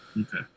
okay